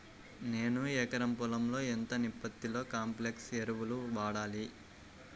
నేను ఎకరం పొలంలో ఎంత నిష్పత్తిలో కాంప్లెక్స్ ఎరువులను వాడాలి?